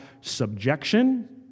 subjection